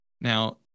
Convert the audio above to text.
Now